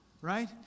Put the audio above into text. right